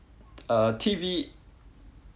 uh T_V